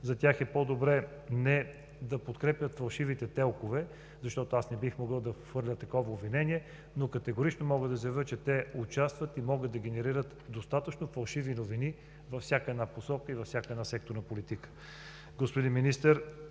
За тях е по-добре не да подкрепят фалшивите ТЕЛК-ове, защото не бих могъл да хвърля такова обвинение, но категорично мога да заявя, че те участват и могат да генерират достатъчно фалшиви новини във всяка една посока и във всяка една секторна политика. Господин Министър,